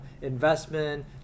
investment